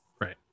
Right